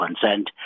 consent